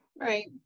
Right